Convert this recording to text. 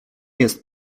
jest